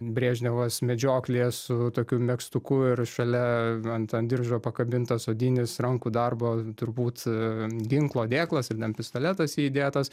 brežnevas medžioklėje su tokiu megztuku ir šalia ant ant diržo pakabintas odinis rankų darbo turbūt a ginklo dėklas ir ten pistoletas į jį įdėtas